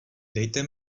dejte